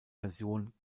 version